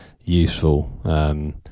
useful